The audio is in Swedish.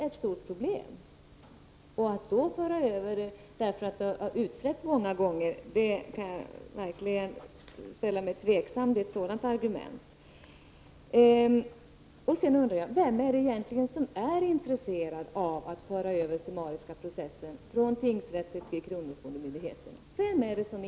Jag ställer mig mycket tveksam till argumentet att man skall föra över processen för att detta hade utretts många gånger. Jag undrar vem som egentligen är intresserad av att man för över den summariska processen från tingsrätt till kronofogdemyndighet.